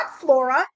flora